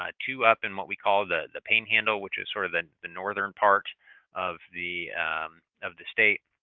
ah two up in what we call the the panhandle, which is sort of the the northern part of the of the state,